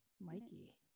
Mikey